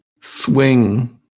swing